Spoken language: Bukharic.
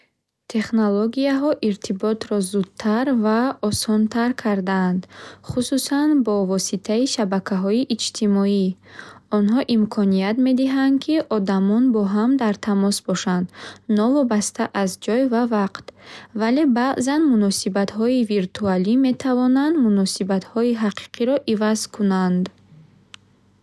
Технологияҳо иртиботро зудтар ва осонтар карданд, хусусан бо воситаи шабакаҳои иҷтимоӣ. Онҳо имконият медиҳанд, ки одамон бо ҳам дар тамос бошанд, новобаста аз ҷой ва вақт. Вале баъзан муносибатҳои виртуалӣ метавонанд муносибатҳои ҳақиқиро иваз кунанд.